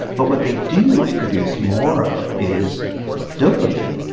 but what they do produce more of is dopamine,